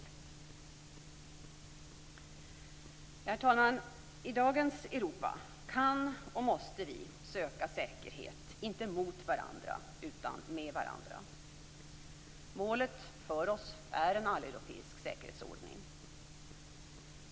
Herr talman! I dagens Europa kan och måste vi söka säkerhet, inte mot varandra, utan med varandra. Målet för oss är en alleuropeisk säkerhetsordning.